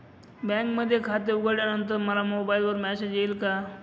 बँकेमध्ये खाते उघडल्यानंतर मला मोबाईलवर मेसेज येईल का?